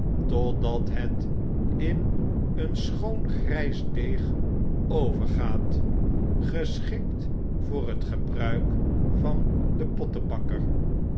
totdat het in een schoon grys deeg overgaat geschikt voor het gebruik van den